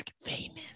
famous